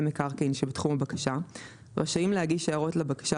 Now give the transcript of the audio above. מקרקעין שבתחום הבקשה רשאים להגיש הערות לבקשה